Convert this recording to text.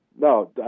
No